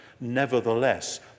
Nevertheless